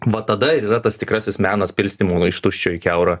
va tada ir yra tas tikrasis menas pilstymo iš tuščio į kiaurą